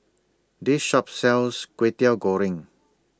This Shop sells Kwetiau Goreng